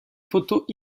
photos